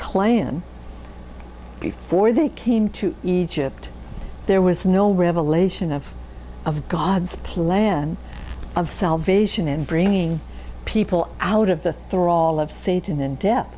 clan before they came to egypt there was no revelation of of god's plan of salvation and bringing people out of the thrall of satan and de